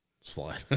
Slide